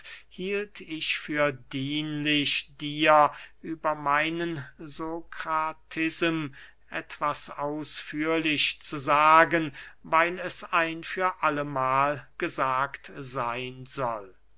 hielt ich für dienlich dir über meinen sokratism etwas ausführlich zu sagen weil es ein für allemahl gesagt seyn soll